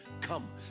come